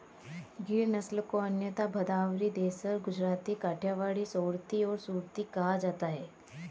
गिर नस्ल को अन्यथा भदावरी, देसन, गुजराती, काठियावाड़ी, सोरथी और सुरती कहा जाता है